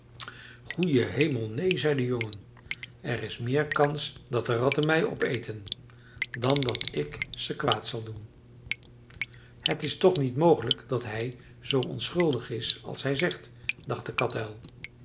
goeie hemel neen zei de jongen er is meer kans dat de ratten mij opeten dan dat ik ze kwaad zal doen het is toch niet mogelijk dat hij zoo onschuldig is als hij zegt dacht de katuil